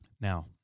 Now